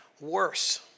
worse